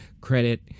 Credit